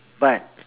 but